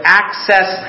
access